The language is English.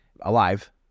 alive